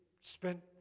spent